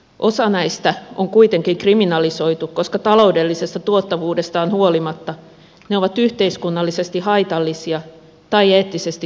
osa näistä on kuitenkin kriminalisoitu koska taloudellisesta tuottavuudestaan huolimatta ne ovat yhteiskunnallisesti haitallisia tai eettisesti kyseenalaisia